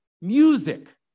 music